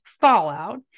fallout